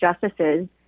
justices